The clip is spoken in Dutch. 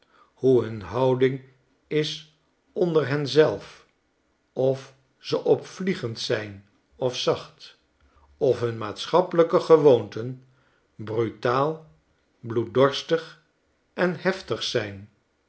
hoe hun houding is onder hen zelf of ze opvliegend zijn of zacht of hun maatschappelijke gewoonten brutaal bloeddorstig en heftig zin